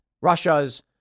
Russia's